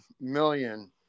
million